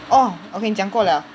orh okay 你讲过 liao